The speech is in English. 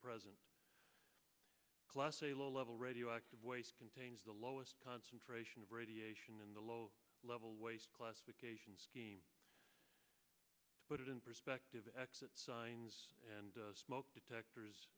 present a low level radioactive waste contains the lowest ration of radiation in the low level waste classification scheme put it in perspective exit signs and smoke detectors